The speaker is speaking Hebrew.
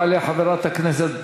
תעלה חברת הכנסת